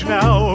now